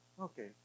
okay